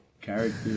character